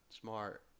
smart